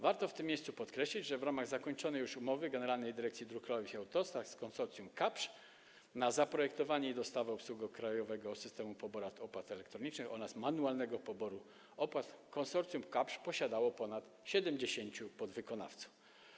Warto w tym miejscu podkreślić, że w ramach zakończonej już umowy Generalnej Dyrekcji Dróg Krajowych i Autostrad z konsorcjum Kapsch na zaprojektowanie i dostawę obsługi Krajowego Systemu Poboru Opłat Elektronicznych oraz manualnego poboru opłat konsorcjum Kapsch posiadało ponad 70 podwykonawców.